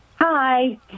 Hi